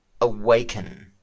awaken